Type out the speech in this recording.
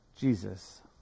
Jesus